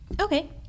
Okay